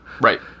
Right